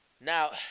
Now